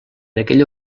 aquella